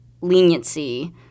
leniency